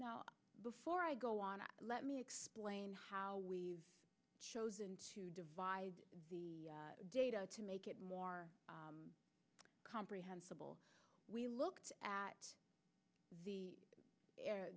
before i go on let me explain how we've chosen to divide the data to make it more comprehensible we looked at the a